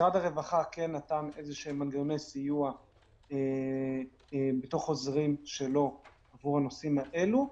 משרד הרווחה נתן מנגנוני סיוע מתוך חוזרים שלו עבור הנושאים האלו.